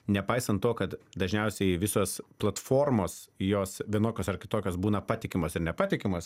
nepaisant to kad dažniausiai visos platformos jos vienokios ar kitokios būna patikimos ir nepatikimos